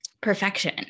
perfection